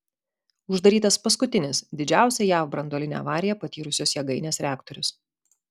uždarytas paskutinis didžiausią jav branduolinę avariją patyrusios jėgainės reaktorius